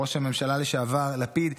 ראש הממשלה לשעבר לפיד,